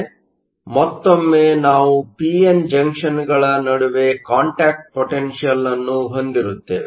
ಆದ್ದರಿಂದ ಮತ್ತೊಮ್ಮೆ ನಾವು ಪಿ ಎನ್ ಜಂಕ್ಷನ್Junctionಗಳ ನಡುವೆ ಕಾಂಟ್ಯಾಕ್ಟ್ ಪೊಟೆನ್ಷಿಯಲ್ ಅನ್ನು ಹೊಂದಿರುತ್ತೇವೆ